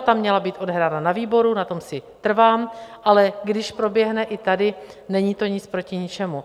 Ta debata měla být odehrána na výboru, na tom si trvám, ale když proběhne i tady, není to nic proti ničemu.